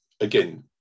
again